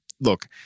Look